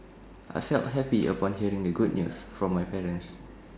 I felt happy upon hearing the good news from my parents